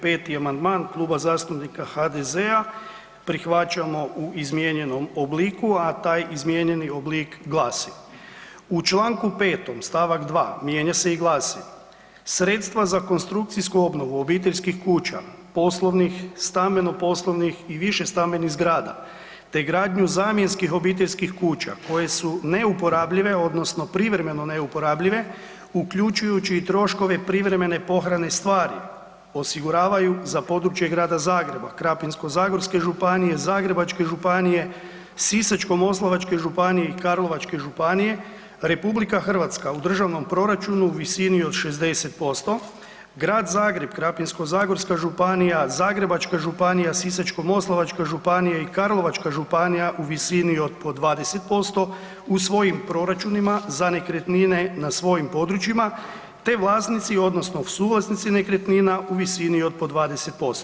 5. amandman Kluba zastupnika HDZ-a prihvaćamo u izmijenjenom obliku, a taj izmijenjeni oblik glasi, u čl. 5. st. 2 mijenja se i glasi, sredstva za konstrukcijsku obnovu obiteljskih kuća, poslovnih, stambeno-poslovnih i višestambenih zgrada te gradnju zamjenskih obiteljskih kuća koje su neuporabljive odnosno privremeno neuporabljive uključujući i troškove privremene pohrane stvari, osiguravaju za područje Grada Zagreba, Krapinsko-zagorske županije, Sisačko-moslavačke županije, Zagrebačke županije te Karlovačke županije, RH u državnom proračunu u visini od 60%, Grad Zagreb, Krapinsko-zagorska županija, Zagrebačka županija, Sisačko-moslavačka županija i Karlovačka županija u visini od po 20% u svojim proračunima, za nekretnine na svojim područjima te vlasnici odnosno suvlasnici nekretnina u visini od po 20%